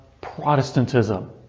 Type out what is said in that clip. Protestantism